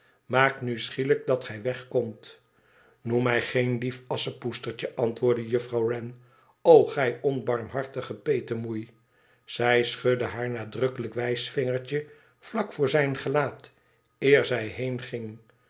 maak nu schielijk dat gij weg komt i inoem mij geen lief asschei oetstertje antwoordde jusrouw wren o gij onbarmhartige petemoei zij schudde haar nadrukkelijk wijsvingertje vlak voor zijn gelaat eer zij